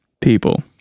people